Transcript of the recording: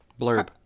Blurb